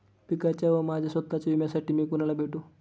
पिकाच्या व माझ्या स्वत:च्या विम्यासाठी मी कुणाला भेटू?